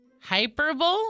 hyperbole